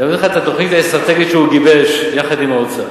הוא יביא לך את התוכנית האסטרטגית שהוא גיבש יחד עם האוצר,